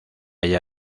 haya